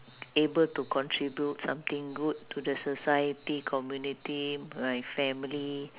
able to contribute something good to the society community my family